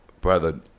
Brother